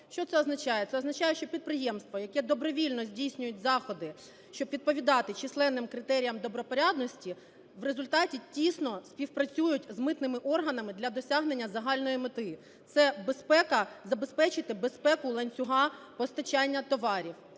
Що це означає? Це означає, що підприємства, які добровільно здійснюють заходи, щоб відповідати численним критеріям добропорядності, в результаті тісно співпрацюють з митними органами для досягнення загальної мети - це безпека, забезпечити безпеку ланцюга постачання товарів